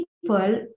people